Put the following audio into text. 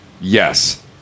Yes